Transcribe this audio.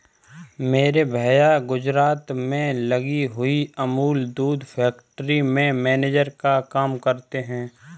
मेरे भैया गुजरात में लगी हुई अमूल दूध फैक्ट्री में मैनेजर का काम करते हैं